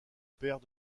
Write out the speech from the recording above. père